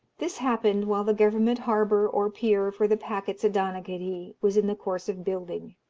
this happened while the government harbour or pier for the packets at donaghadee was in the course of building,